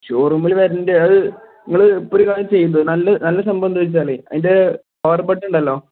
ഷോറൂമിൽ വരേണ്ടത് അത് നിങ്ങൾ ഇപ്പം ഒരു കാര്യം ചെയ്യ് ഇത് നല്ല നല്ല സംഭവം എന്താണെന്ന് വെച്ചാൽ അതിൻ്റെ പവർ ബട്ടൺ ഉണ്ടല്ലോ